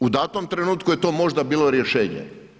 U datom trenutku je to možda bilo rješenje.